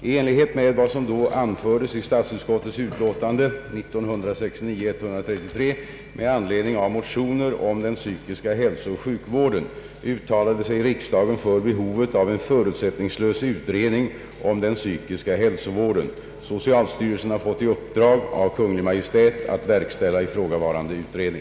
I enlighet med vad som då anfördes i statsutskottets utlåtande nr 133 år 1969 med anledning av motioner om den psykiska hälsooch sjukvården uttalade sig riksdagen för behovet av en förutsättningslös utredning om den psykiska hälsovården. Socialstyrelsen har fått i uppdrag av Kungl. Maj:t att verkställa ifrågavarande utredning.